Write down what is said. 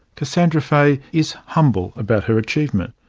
cassandra fahey is humble about her achievement.